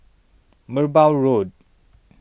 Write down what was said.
Merbau Road